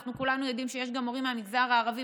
אנחנו כולנו יודעים שיש גם מורים מהמגזר הערבי